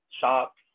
shops